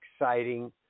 exciting